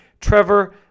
Trevor